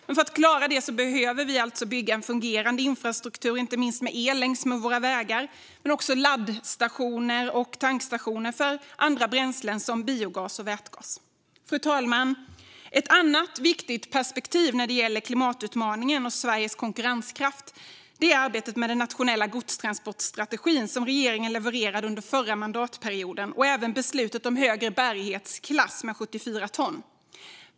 Men för att klara det måste vi alltså bygga en fungerande infrastruktur, inte minst med el, längs våra vägar men också laddstationer och tankstationer för bränslen som biogas och vätgas. Fru talman! Ett annat viktigt perspektiv när det gäller klimatutmaningen och Sveriges konkurrenskraft är arbetet med den nationella godstransportstrategi som regeringen levererade under förra mandatperioden och även beslutet om högre bärighetsklass med 74 ton.